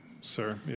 sir